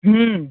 হুম